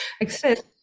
exist